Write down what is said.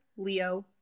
Leo